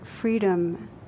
freedom